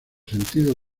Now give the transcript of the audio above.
sentidos